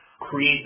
create